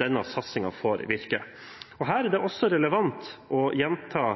denne satsingen får virke. Her er det også relevant å gjenta